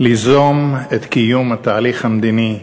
ליזום את קיום התהליך המדיני במיידית.